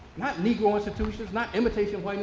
not negro institutions, not imitation